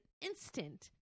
instant